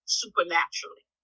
supernaturally